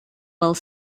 while